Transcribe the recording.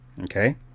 Okay